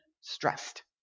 stressed